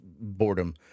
boredom